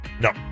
No